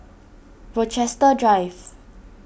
Rochester Drive